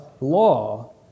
law